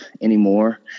anymore